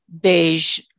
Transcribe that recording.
beige